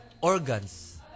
Organs